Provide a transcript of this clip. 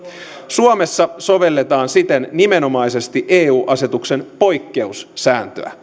suomessa sovelletaan siten nimenomaisesti eu asetuksen poikkeussääntöä tällä taataan